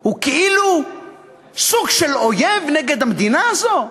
הוא כאילו סוג של אויב נגד המדינה הזאת?